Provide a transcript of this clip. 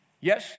Yes